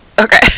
Okay